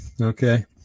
Okay